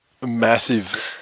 massive